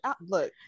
look